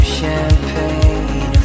champagne